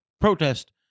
protest